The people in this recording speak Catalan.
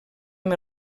amb